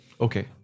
Okay